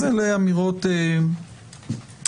אז אלה אמירות כלליות.